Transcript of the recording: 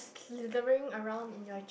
slithering around in your ch~